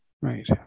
Right